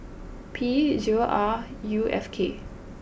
P zero R U F K